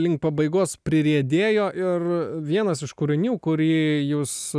link pabaigos pririedėjo ir vienas iš kūrinių kurį jūs